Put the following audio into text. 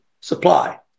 supply